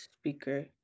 speaker